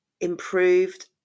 improved